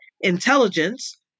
intelligence